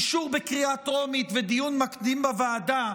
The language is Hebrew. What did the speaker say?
אישור בקריאה טרומית ודיון מקדים בוועדה,